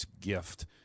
gift